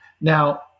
Now